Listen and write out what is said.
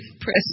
press